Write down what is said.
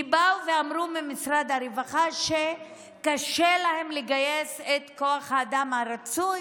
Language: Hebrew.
כי אמרו ממשרד הרווחה שקשה להם לגייס את כוח האדם הרצוי,